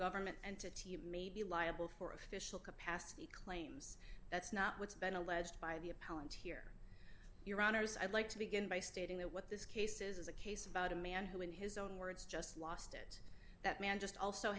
government entity may be liable for official capacity claims that's not what's been alleged by the appellant here your honour's i'd like to begin by stating that what this case is a case about a man who in his own words just lost it that man just also